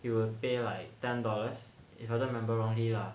would pay like ten dollars if I never remember wrongly lah